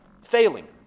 failing